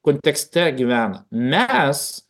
kontekste gyvena mes